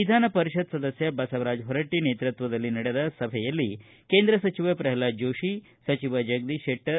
ವಿಧಾನ ಪರಿಷತ್ ಸದಸ್ಯ ಬಸವರಾಜ ಹೊರಟ್ಷ ನೇತೃತ್ವದಲ್ಲಿ ನಡೆದ ಸಭೆಯಲ್ಲಿ ಕೇಂದ್ರ ಸಚಿವ ಪ್ರಹ್ನಾದ ಜೋಶಿ ಸಚಿವ ಜಗದೀಶ ಶೆಟ್ಟರ್